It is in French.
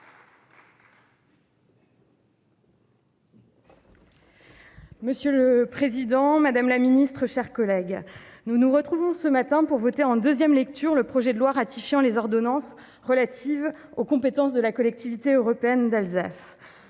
Monsieur le président, madame la secrétaire d'État, mes chers collègues, nous nous retrouvons ce matin pour voter en deuxième lecture le projet de loi ratifiant les ordonnances relatives aux compétences de la Collectivité européenne d'Alsace.